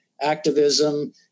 activism